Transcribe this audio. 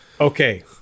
Okay